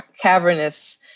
cavernous